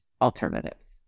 alternatives